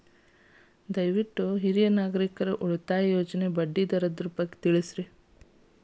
ದಯವಿಟ್ಟು ಹಿರಿಯ ನಾಗರಿಕರ ಉಳಿತಾಯ ಯೋಜನೆಯ ಬಡ್ಡಿ ದರವನ್ನು ತಿಳಿಸಿ